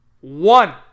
One